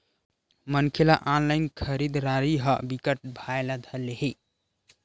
मनखे ल ऑनलाइन खरीदरारी ह बिकट भाए ल धर ले हे